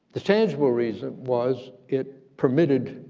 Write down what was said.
the tangible reason was it permitted